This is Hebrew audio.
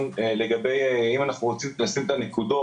לגבי אם אנחנו רוצים לשים את הנקודות,